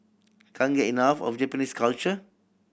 can't get enough of Japanese culture